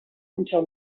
until